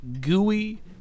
gooey